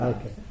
Okay